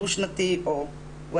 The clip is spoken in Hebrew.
דו שנתי וכולי.